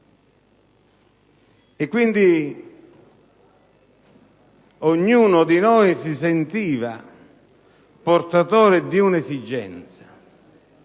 casertano. Ognuno di noi si sentiva portatore di un'esigenza,